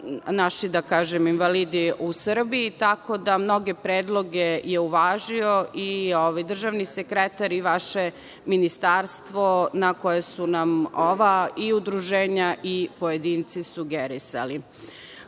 i naši invalidi u Srbiji, tako da, mnoge predloge je uvažio i državni sekretar i vaše ministarstvo na koje su nam ova i udruženja i pojedinci sugerisali. Takođe,